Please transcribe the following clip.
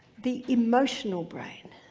the emotional brain.